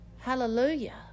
Hallelujah